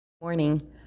Morning